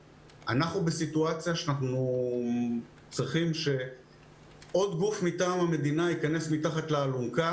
היא שאנחנו בסיטואציה בה אנחנו צריכים שעוד גוף יכנס מתחת לאלונקה.